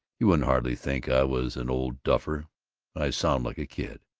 you wouldn't hardly think i was an old duffer i sound like a kid!